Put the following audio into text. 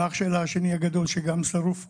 ואח שלה השני, הגדול, שגם הוא שרוף כולו.